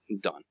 done